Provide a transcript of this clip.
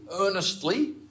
earnestly